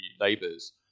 Labour's